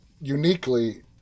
uniquely